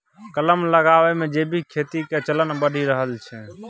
कलम लगाबै मे जैविक खेती के चलन बढ़ि रहल छै